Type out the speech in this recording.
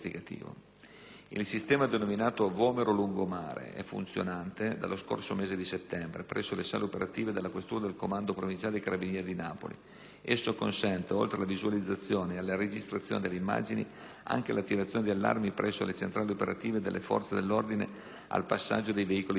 Il sistema denominato "Vomero Lungomare" è funzionante dallo scorso mese di settembre, presso le sale operative della questura e del comando provinciale dei Carabinieri di Napoli. Esso consente, oltre alla visualizzazione e alla registrazione delle immagini, anche l'attivazione di allarmi presso le centrali operative delle forze dell'ordine al passaggio dei veicoli segnalati.